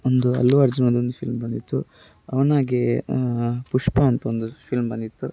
ಒಂದು ಅಲ್ಲೂ ಅರ್ಜುನದ್ದು ಒಂದು ಫಿಲ್ಮ್ ಬಂದಿತ್ತು ಅವನಾಗೆಯೇ ಪುಷ್ಪ ಅಂತ ಒಂದು ಫಿಲ್ಮ್ ಬಂದಿತ್ತು